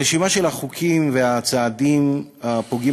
הרשימה של החוקים והצעדים הפוגעים